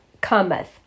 cometh